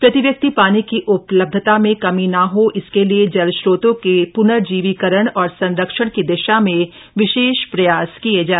प्रति व्यक्ति पानी की उपलब्धता में कमी न हो इसके लिए जल स्रोतों के पनर्जीवीकरण और संरक्षण की दिशा में विशेष प्रयास किये जाए